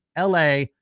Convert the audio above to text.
LA